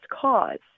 cause